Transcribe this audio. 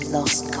Lost